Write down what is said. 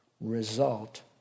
result